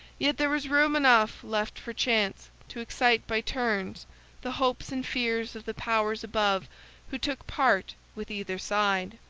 yet there was room enough left for chance to excite by turns the hopes and fears of the powers above who took part with either side.